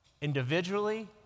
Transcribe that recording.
individually